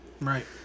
right